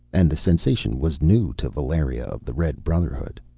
and the sensation was new to valeria of the red brotherhood.